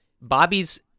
Bobby's